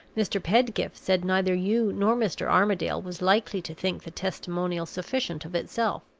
mr. pedgift said neither you nor mr. armadale was likely to think the testimonial sufficient of itself.